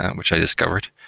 and which i discovered.